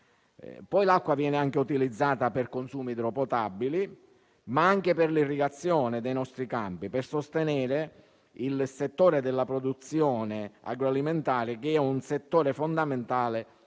L'acqua viene inoltre utilizzata per consumi idropotabili, ma anche per l'irrigazione dei nostri campi per sostenere il settore della produzione agroalimentare, che è un settore fondamentale